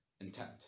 intent